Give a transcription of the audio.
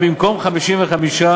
במקום 55,